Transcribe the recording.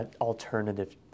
alternative